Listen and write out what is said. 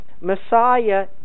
Messiah